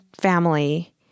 family